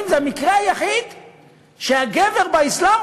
מתנגדים, ללא נמנעים.